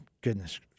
Goodness